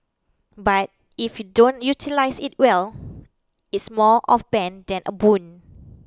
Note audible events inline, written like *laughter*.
but if you don't utilise it well *noise* it's more of bane than a boon